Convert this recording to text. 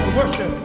worship